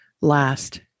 last